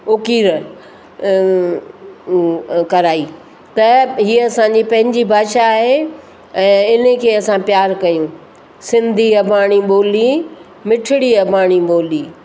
उकीर कराई त हीअ असां जी पंहिंजी भाषा आहे ऐं इन खे असां प्यारु कयूं सिंधी अबाणी ॿोली मिठिड़ी अबाणी ॿोली